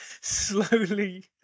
slowly